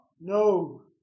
No